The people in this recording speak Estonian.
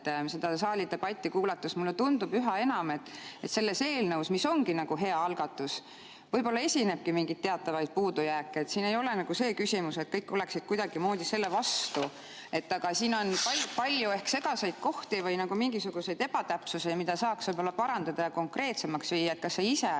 Selle saali debatti kuulates mulle tundub üha enam, et selles eelnõus, mis on hea algatus, võib-olla esinebki mingeid teatavaid puudujääke, et siin ei ole nagu see küsimus, et kõik oleksid kuidagimoodi selle vastu, aga siin on palju segaseid kohti või mingisuguseid ebatäpsusi, mida saaks parandada ja konkreetsemaks muuta. Kas sa ise